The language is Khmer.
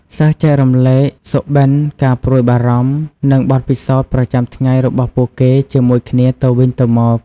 សិស្សចែករំលែកសុបិន្ត ការព្រួយបារម្ភ និងបទពិសោធន៍ប្រចាំថ្ងៃរបស់ពួកគេជាមួយគ្នាទៅវិញទៅមក។